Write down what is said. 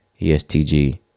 ESTG